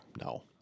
No